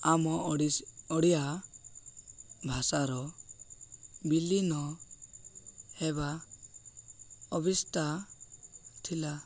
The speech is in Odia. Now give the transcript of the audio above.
ଆମ ଓଡ଼ିଆ ଭାଷାର ବିଲୀନ ହେବା ଅବସ୍ଥା ଥିଲା